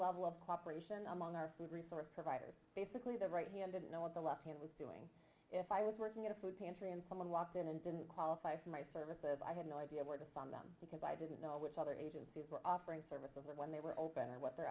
level of cooperation among our food resource providers basically the right hand didn't know what the left hand was to if i was working at a food pantry and someone walked in and didn't qualify for my services i had no idea where to sign them because i didn't know which other agencies were offering services or when they were open and what their